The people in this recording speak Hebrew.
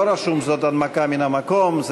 לא רשום שזאת הנמקה מן המקום.